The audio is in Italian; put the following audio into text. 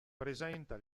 presenta